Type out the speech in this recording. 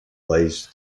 plays